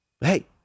Hey